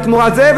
מי תמורת זה,